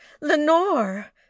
lenore